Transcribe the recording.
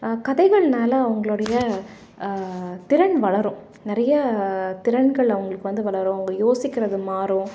கதைகள்னால் அவங்களுடைய திறன் வளரும் நிறைய திறன்கள் அவங்களுக்கு வந்து வளரும் அவங்க யோசிக்கிறது மாறும்